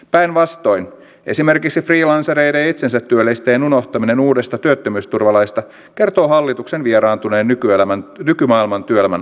päinvastoin esimerkiksi freelancereiden ja itsensätyöllistäjien unohtaminen uudesta työttömyysturvalaista kertoo hallituksen vieraantuneen nykymaailman työelämän arjesta